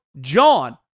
JOHN